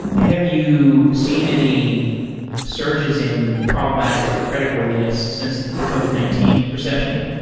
have you seen any surges in problematic credit worthiness since the covid nineteen recession?